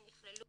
שנכללו